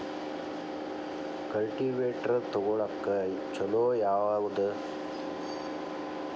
Cultivator ತೊಗೊಳಕ್ಕ ಛಲೋ ಯಾವದ?